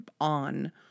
on